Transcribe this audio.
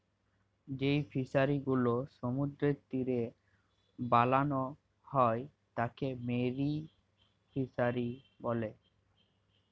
যেই ফিশারি গুলো সমুদ্রের তীরে বানাল হ্যয় তাকে মেরিন ফিসারী ব্যলে